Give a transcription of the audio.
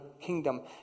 kingdom